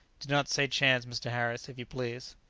do not say chance, mr. harris, if you please.